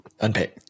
Unpaid